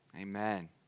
Amen